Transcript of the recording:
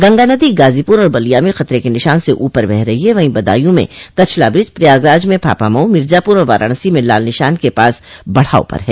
गंगा नदी गाजीपुर और बलिया में खतरे के निशान से उपर बह रही है वहीं बदायूं में कछला ब्रिज प्रयागराज में फाफामऊ मिर्जापुर और वाराणसी में लाल निशान के पास बढ़ाव पर है